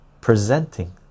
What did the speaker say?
presenting